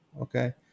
Okay